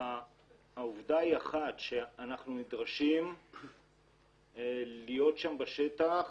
העובדה היא אחת אנחנו נדרשים להיות בשטח